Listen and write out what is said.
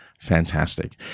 fantastic